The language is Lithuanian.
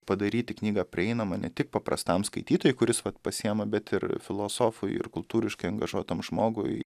padaryti knygą prieinamą ne tik paprastam skaitytojui kuris vat pasiema bet ir filosofui ir kultūriškai angažuotam žmogui